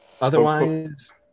Otherwise